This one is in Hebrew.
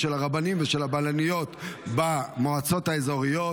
של הרבנים ושל הבלניות במועצות האזוריות,